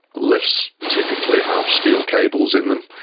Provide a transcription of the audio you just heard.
lifts typically have steel cables in them,